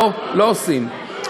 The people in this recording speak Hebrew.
לא עושים.